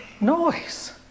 noise